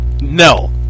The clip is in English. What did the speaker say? No